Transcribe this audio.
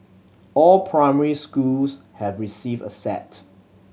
all primary schools have received a set